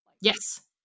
Yes